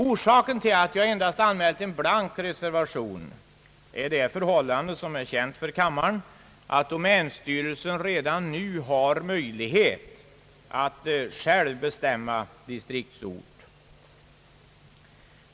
Orsaken till att jag endast har anmält en blank reservation är det förhållandet, som också är känt för kammaren, att domänstyrelsen redan nu har möjlighet att själv bestämma plats för distriktskontoren.